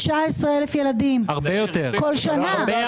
אין